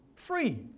Free